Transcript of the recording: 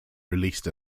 released